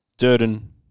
Durden